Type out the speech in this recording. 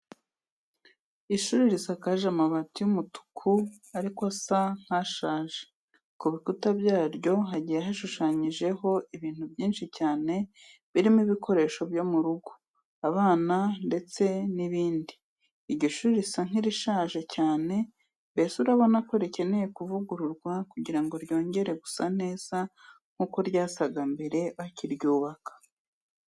Ishuri risakaje amabati y'umutuku ariko asa nk'ashaje, ku bikuta byaryo hagiye hashushanyijeho ibintu byinshi cyane birimo ibikoresho byo mu rugo, abana ndetse n'ibindi. Iryo shuri risa nk'irishaje cyane, mbese urabona ko rikeneye kuvugururwa kugira ngo ryongere gusa neza nkuko ryasaga mbere bakiryubaka.